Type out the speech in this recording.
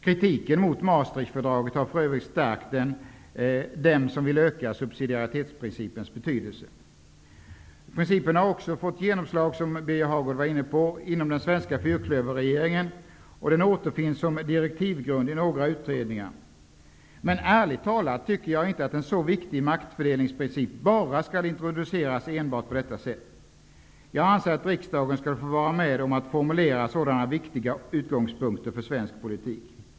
Kritiken mot Maastrichtfördraget har för övrigt stärkt dem som vill öka subsidiaritetsprincipens betydelse. Principen har också, som Birger Hagård nämnde, fått genomslag inom den svenska fyrklöverregeringen, och den återfinns som direktivgrund i några utredningar. Men ärligt talat tycker jag inte att en så viktig maktfördelningsprincip skall introduceras enbart på detta sätt. Jag anser att riksdagen skall få vara med om att formulera sådana viktiga utgångspunkter för svensk politik.